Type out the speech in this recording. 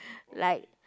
like